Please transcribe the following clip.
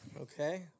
Okay